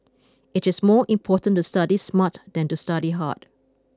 it is more important to study smart than to study hard